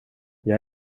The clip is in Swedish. jag